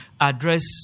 address